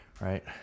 right